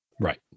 Right